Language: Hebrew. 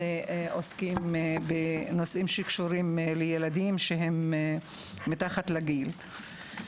אנחנו עוסקים בנושאים שקשורים לילדים מתחת לגיל.